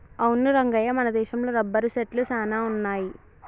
అవును రంగయ్య మన దేశంలో రబ్బరు సెట్లు సాన వున్నాయి